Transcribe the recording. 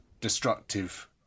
destructive